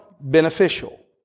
beneficial